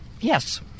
Yes